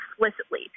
explicitly